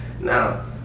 Now